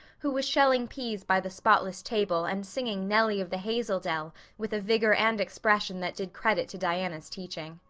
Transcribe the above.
who was shelling peas by the spotless table and singing, nelly of the hazel dell with a vigor and expression that did credit to diana's teaching,